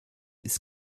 ist